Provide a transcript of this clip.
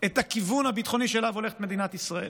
את הכיוון הביטחוני שאליו הולכת מדינת ישראל.